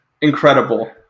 Incredible